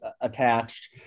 attached